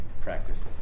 practiced